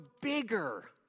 bigger